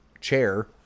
chair